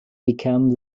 became